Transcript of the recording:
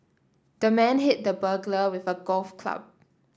the man hit the burglar with a golf club